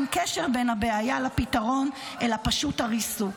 אין קשר בין הבעיה לפתרון אלא פשוט הריסוק.